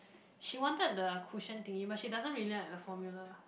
she wanted the cushion thingy but she doesn't really like the formula